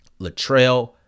Latrell